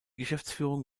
geschäftsführung